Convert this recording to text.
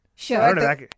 Sure